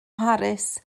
mharis